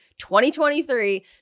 2023